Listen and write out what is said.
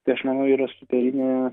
tai aš manau yra superinė